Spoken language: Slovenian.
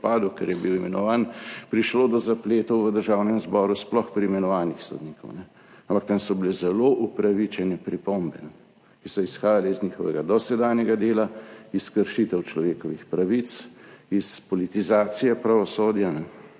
ker je bil imenovan, prišlo do zapletov v Državnem zboru, sploh pri imenovanjih sodnikov. Ampak tam so bile zelo upravičene pripombe, ki so izhajale iz njihovega dosedanjega dela, iz kršitev človekovih pravic, iz politizacije pravosodja